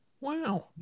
Wow